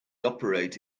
operate